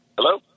Hello